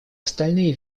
остальные